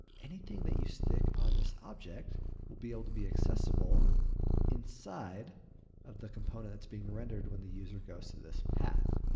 anything that you stick on this object will be able to be accessible inside of the component that's being rendered when the user goes to this path.